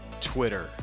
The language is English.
Twitter